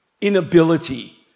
inability